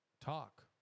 talk